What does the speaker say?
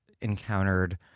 encountered